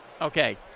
Okay